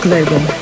Global